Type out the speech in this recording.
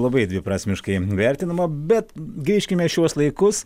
labai dviprasmiškai vertinama bet grįžkime į šiuos laikus